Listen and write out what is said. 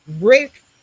Rick